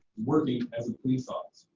working as a police officer.